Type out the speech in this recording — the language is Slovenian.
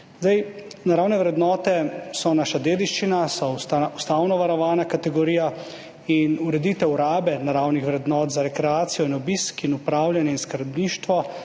Naravne vrednote so naša dediščina, so ustavno varovana kategorija in ureditev rabe naravnih vrednot za rekreacijo in obisk in upravljanje in skrbništvo